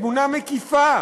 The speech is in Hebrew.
תמונה מקיפה.